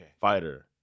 fighter